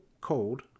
cold